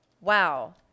wow